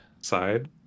side